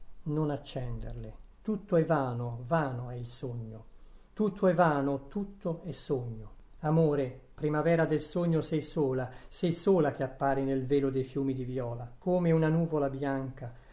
non accenderle tutto è vano vano è il sogno tutto è vano tutto è sogno amore primavera del sogno sei sola sei sola che appari nel velo dei fumi di viola come una nuvola bianca